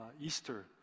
easter